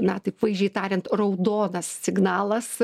na taip vaizdžiai tariant raudonas signalas